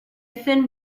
thin